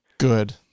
Good